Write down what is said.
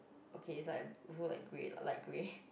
okay it's like also like grey lah light grey